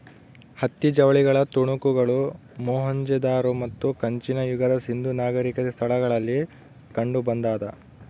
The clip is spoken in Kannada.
ಹತ್ತಿ ಜವಳಿಗಳ ತುಣುಕುಗಳು ಮೊಹೆಂಜೊದಾರೋ ಮತ್ತು ಕಂಚಿನ ಯುಗದ ಸಿಂಧೂ ನಾಗರಿಕತೆ ಸ್ಥಳಗಳಲ್ಲಿ ಕಂಡುಬಂದಾದ